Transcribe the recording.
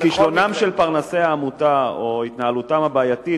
כישלונם של פרנסי העמותה או התנהלותם הבעייתית